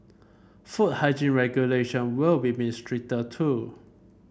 food hygiene regulation will be made stricter too